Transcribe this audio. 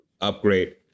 upgrade